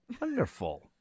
Wonderful